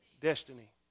Destiny